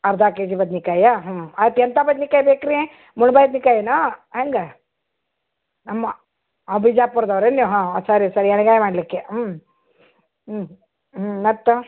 ಅರ್ಧ K G ಬದ್ನೆಕಾಯ ಹ್ಞೂ ಆಯ್ತ್ ಎಂಥ ಬದ್ನೆಕಾಯಿ ಬೇಕು ರೀ ಮುಳ್ಳು ಬದ್ನೆಕಾಯಿನೋ ಹೆಂಗೆ ಅಮ್ಮ ಆ ಬಿಜಾಪುರ್ದವ್ರು ಏನು ನೀವು ಹಾಂ ಸರಿ ಸರಿ ಎಣ್ಣೆಗಾಯಿ ಮಾಡಲಿಕ್ಕೆ ಹ್ಞೂ ಹ್ಞೂ ಹ್ಞೂ ಮತ್ತೆ